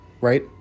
right